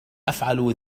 أفعل